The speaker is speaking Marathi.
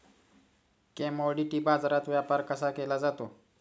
कमॉडिटी बाजारात व्यापार कसा केला जातो?